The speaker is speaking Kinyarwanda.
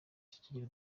kigira